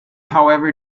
however